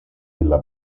della